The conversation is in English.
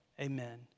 amen